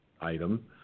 item